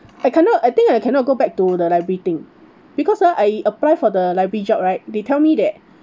I cannot I think I cannot go back to the library thing because ah I apply for the library job right they tell me that